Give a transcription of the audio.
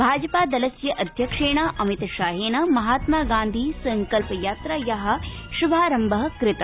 भाजपा दलस्याध्यक्षेण अमितशाहेन महात्मा गांधी संकल्प यात्राया श्भारम्भ कृत